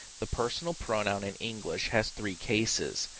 the personal pronoun in english has three cases,